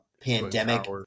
pandemic